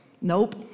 Nope